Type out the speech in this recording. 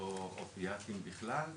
או אפיאטים בכלל,